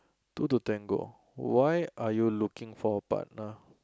two to tango why are you looking for a partner